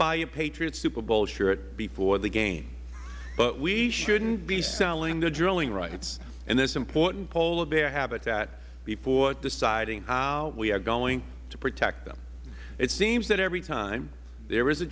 buy a patriots super bowl shirt before the game and we shouldn't be selling the drilling rights in this important polar bear habitat before deciding how we are going to protect them it seems that every time there is a